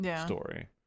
story